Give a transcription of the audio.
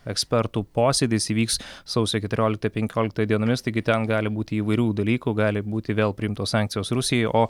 ekspertų posėdis įvyks sausio keturioliktą penkioliktą dienomis taigi ten gali būti įvairių dalykų gali būti vėl priimtos sankcijos rusijai o